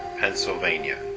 Pennsylvania